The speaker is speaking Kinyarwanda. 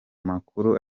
makuru